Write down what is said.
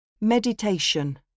Meditation